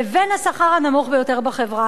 לבין השכר הנמוך ביותר בחברה.